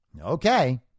Okay